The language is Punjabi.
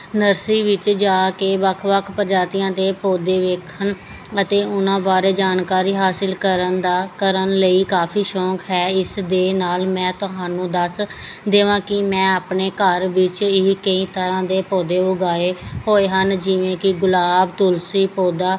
ਨਰਸਰੀ ਵਿੱਚ ਜਾ ਕੇ ਵੱਖ ਵੱਖ ਪ੍ਰਜਾਤੀਆਂ ਦੇ ਪੌਦੇ ਵੇਖਣ ਅਤੇ ਉਨ੍ਹਾਂ ਬਾਰੇ ਜਾਣਕਾਰੀ ਹਾਸਲ ਕਰਨ ਦਾ ਕਰਨ ਲਈ ਕਾਫ਼ੀ ਸ਼ੌਕ ਹੈ ਇਸਦੇ ਨਾਲ ਮੈਂ ਤੁਹਾਨੂੰ ਦੱਸ ਦੇਵਾਂ ਕਿ ਮੈਂ ਆਪਣੇ ਘਰ ਵਿੱਚ ਇਹ ਕਈ ਤਰ੍ਹਾਂ ਦੇ ਪੌਦੇ ਉਗਾਏ ਹੋਏ ਹਨ ਜਿਵੇਂ ਕਿ ਗੁਲਾਬ ਤੁਲਸੀ ਪੌਦਾ